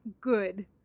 good